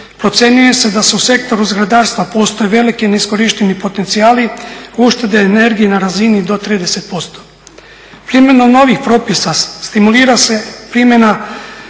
Procjenjuje se da u sektoru zgradarstva postoje veliki neiskorišteni potencijali, uštede energije na razini do 30%. Primjena novih propisa stimulira se primjena